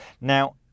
Now